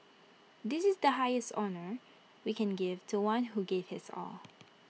this is the highest honour we can give to one who gave his all